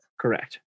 Correct